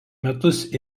metus